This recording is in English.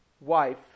wife